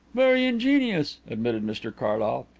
very ingenious, admitted mr carlyle,